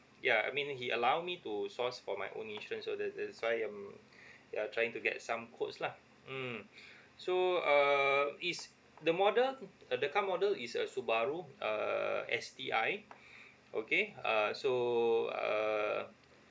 yeah I mean he allow me to source for my own insurance all these that's why I'm uh trying to get some quotes lah mm so uh it's the model the the car model is a Subaru err S_T_I okay uh so err